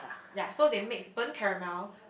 ya so they mix burn caramel